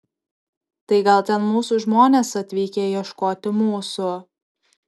tai gal ten mūsų žmonės atvykę ieškoti mūsų